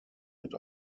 mit